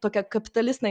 tokią kapitalistinę